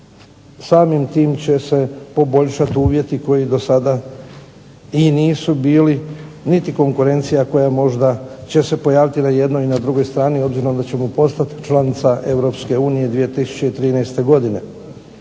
samim tim će se poboljšati uvjeti koji do sada i nisu bili niti konkurencija koja možda će se pojaviti na jednoj i na drugoj strani obzirom da ćemo postati članica Europske unije